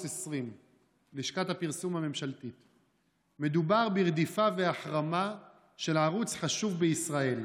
20. מדובר ברדיפה והחרמה של ערוץ חשוב בישראל.